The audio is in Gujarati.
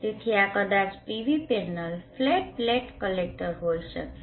તેથી આ કદાચ PV panel flat plate collector હોઈ શકે છે